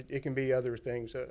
it can be other things. ah